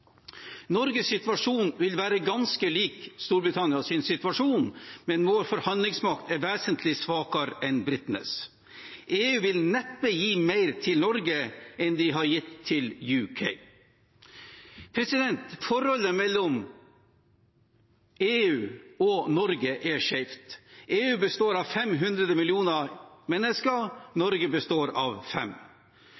Norges situasjon vil være ganske lik Storbritannias situasjon, men vår forhandlingsmakt er vesentlig svakere enn britenes. EU vil neppe gi mer til Norge enn de har gitt til UK. Forholdet mellom EU og Norge er skjevt. EU består av 500 millioner mennesker.